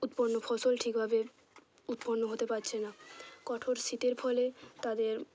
উৎপন্ন ফসল ঠিকভাবে উৎপন্ন হতে পাচ্ছে না কঠোর শীতের ফলে তাদের